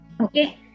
Okay